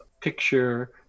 picture